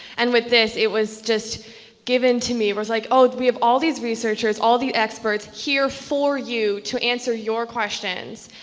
and with this it was just given to me. i was like, oh, we have all these researchers, all these experts here for you to answer your questions.